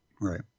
right